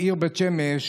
העיר בית שמש,